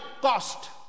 cost